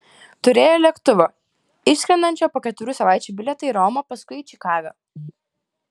turėjo lėktuvo išskrendančio po keturių savaičių bilietą į romą paskui į čikagą